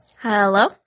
Hello